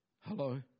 Hello